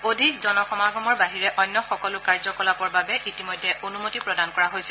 অধিক জনসমাগমৰ বাহিৰে অন্য সকলো কাৰ্যকলাপৰ বাবে ইতিমধ্যে অনুমতি প্ৰদান কৰা হৈছে